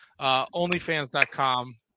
OnlyFans.com